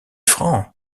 francs